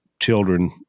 children